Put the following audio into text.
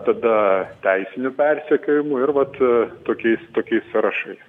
tada teisiniu persekiojimu ir vat tokiais tokiais sąrašais